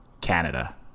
Canada